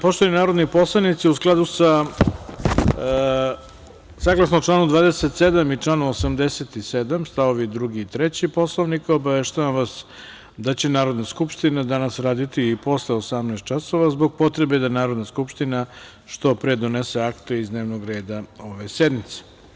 Poštovani narodni poslanici, saglasno članu 27. i članu 87, stavovi 2. i 3. Poslovnika, obaveštavam vas da će Narodna skupština danas raditi i posle 18.00 časova, zbog potrebe da Narodna skupština što pre donese akte iz dnevnog reda ove sednice.